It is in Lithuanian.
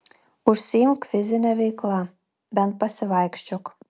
užsiimk fizine veikla bent pasivaikščiok